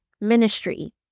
ministry